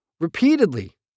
repeatedly